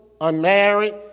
unmarried